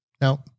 no